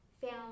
found